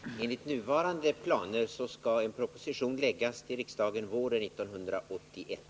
Herr talman! Enligt nuvarande planer skall en proposition läggas fram till våren 1981.